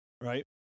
right